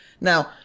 Now